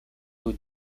who